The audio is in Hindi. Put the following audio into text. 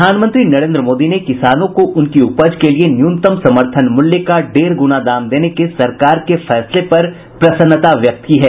प्रधानमंत्री नरेन्द्र मोदी ने किसानों को उनकी उपज के लिए न्यूनतम समर्थन मूल्य का डेढ़ ग्रना दाम देने के सरकार के फैसले पर प्रसन्नता व्यक्त की है